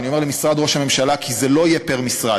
ואני אומר משרד ראש הממשלה כי זה לא יהיה פר-משרד,